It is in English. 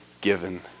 given